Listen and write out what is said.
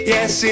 Yes